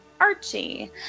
Archie